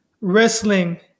wrestling